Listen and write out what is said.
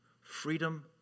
freedom